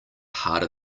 harder